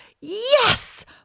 yes